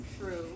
True